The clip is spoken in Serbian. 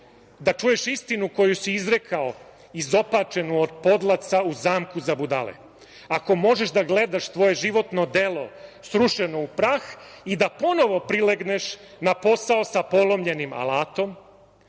da čuješ istinu koju si izrekao, izopačenu od podlaca, u zamku za budale. Ako možeš da gledaš tvoje životno delo, srušeno u prah i da ponovo prilegneš na posao sa polomljenim alatom,